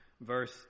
verse